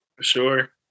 Sure